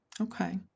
Okay